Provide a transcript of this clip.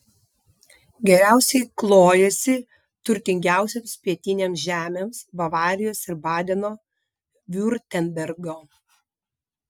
geriausiai klojasi turtingiausioms pietinėms žemėms bavarijos ir badeno viurtembergo